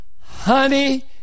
Honey